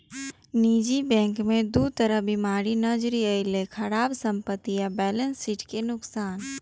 निजी बैंक मे दू तरह बीमारी नजरि अयलै, खराब संपत्ति आ बैलेंस शीट के नुकसान